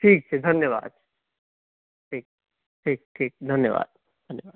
ठीक छै धन्यवाद ठीक ठीक धन्यवाद धन्यवाद